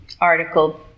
article